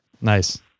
Nice